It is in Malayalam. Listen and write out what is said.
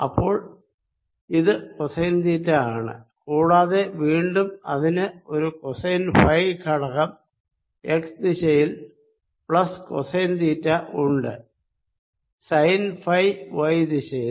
അപ്പോൾ ഇത് കോസൈൻ തീറ്റ ആണ് കൂടാതെ വീണ്ടും ഇതിന് ഒരു കോസൈൻ ഫൈ ഘടകം എക്സ് ദിശയിൽ പ്ലസ് കോസൈൻ തീറ്റ ഉണ്ട് സൈൻ ഫൈ വൈ ദിശയിൽ